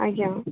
ଆଜ୍ଞା